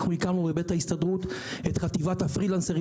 אנחנו הקמנו בבית ההסתדרות את חטיבת הפרילנסרים